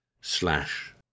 slash